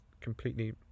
completely